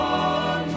on